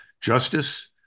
Justice